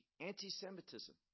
anti-Semitism